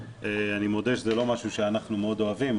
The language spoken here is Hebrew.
אני מודה שזה לא משהו שאנחנו מאוד אוהבים,